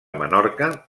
menorca